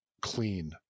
clean